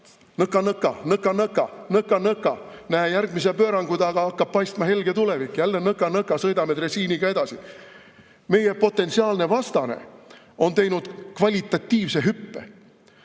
sõidame nõka-nõka-nõka-nõka-nõka. Näe, järgmise pöörangu taga hakkab paistma helge tulevik, jälle nõka-nõka sõidame dresiiniga edasi. Meie potentsiaalne vastane on teinud kvalitatiivse hüppe.